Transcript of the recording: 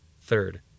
Third